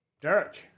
Derek